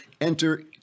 Enter